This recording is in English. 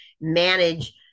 manage